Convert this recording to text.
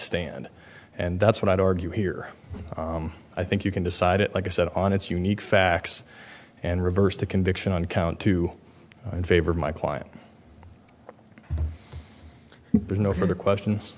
stand and that's what i'd argue here i think you can decide it like i said on its unique facts and reversed the conviction on count two in favor of my client there's no further question